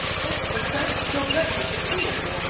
what's that? daubrecq disappeared?